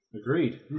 Agreed